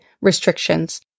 restrictions